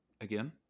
again